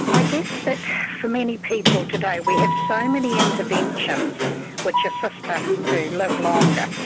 i guess that for many people today we have so many interventions which assist us to live longer.